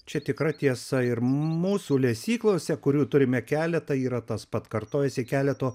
čia tikra tiesa ir mūsų lesyklose kurių turime keletą yra tas pat kartojasi keleto